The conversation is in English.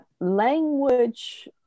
language